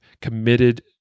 committed